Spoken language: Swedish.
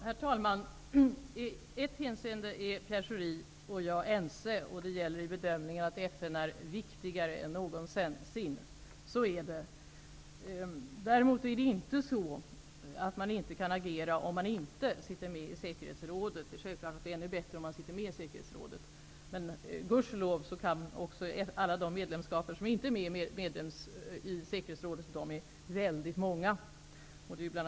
Herr talman! I ett hänseende är Pierre Schori och jag ense, nämligen i bedömningen att FN är viktigare än någonsin. Däremot stämmer det inte att Sverige inte skulle kunna agera om Sverige inte sitter med i säkerhetsrådet. Det är självklart ännu bättre om man sitter med i säkerhetsrådet. Men -- Gud ske lov -- alla de medlemsländer som inte sitter med i säkerhetsrådet kan ändå agera -- och de är många.